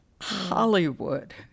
Hollywood